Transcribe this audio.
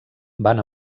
van